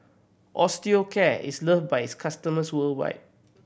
Osteocare is loved by its customers worldwide